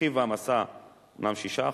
רכיב ההעמסה הוא אומנם 6%,